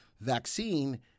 vaccine